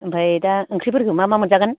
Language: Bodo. आमफ्राय दा ओंख्रिफोरखौ मा मा मोनजागोन